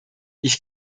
ich